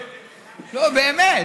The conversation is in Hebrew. באמת.